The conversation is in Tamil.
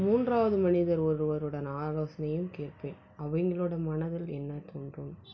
மூன்றாவது மனிதர் ஒருவருடன் ஆலோசனையும் கேட்பேன் அவங்களோட மனதில் என்ன தோன்றும்